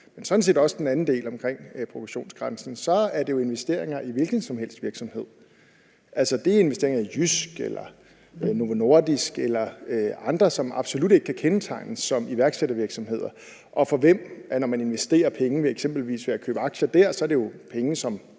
men sådan set også på den anden del omkring produktionsgrænsen, så er det jo investeringer i en hvilken som helst slags virksomhed; det er investeringer i JYSK eller Novo Nordisk eller andre, som absolut ikke er kendetegnet ved at være iværksættervirksomheder, og når man investerer penge ved eksempelvis at købe aktier dér, er det jo penge, som